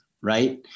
right